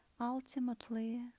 Ultimately